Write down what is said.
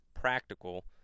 practical